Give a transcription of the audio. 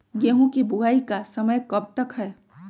गेंहू की बुवाई का समय कब तक है?